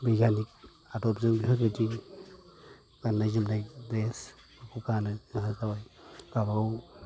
बिगियाननि आदबजों बेफोरबायदि गाननाय जोमनाय द्रेसखौ गानो आरो जाबाय गावबागाव